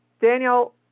Daniel